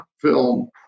film